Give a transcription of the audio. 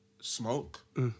smoke